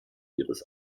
ihres